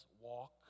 walk